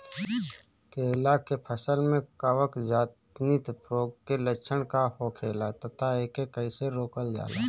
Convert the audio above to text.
केला के फसल में कवक जनित रोग के लक्षण का होखेला तथा एके कइसे रोकल जाला?